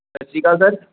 ਸਤਿ ਸ਼੍ਰੀ ਅਕਾਲ ਸਰ